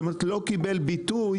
זה לא קיבל ביטוי,